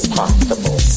possible